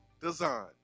Design